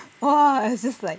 !wah! I just like